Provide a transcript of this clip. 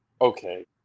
okay